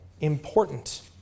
important